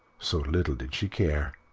so little did she care?